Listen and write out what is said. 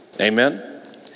Amen